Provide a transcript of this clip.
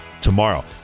tomorrow